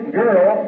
girl